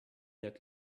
let